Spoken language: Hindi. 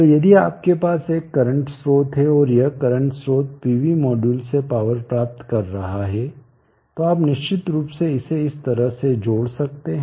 तो यदि आपके पास एक करंट स्रोत है और यह करंट स्रोत पीवी मॉड्यूल से पावर प्राप्त कर रहा है तो आप निश्चित रूप से इसे इस तरह से जोड़ सकते हैं